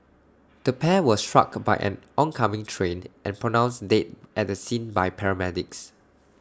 the pair were struck by an oncoming train and pronounced dead at the scene by paramedics